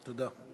תודה.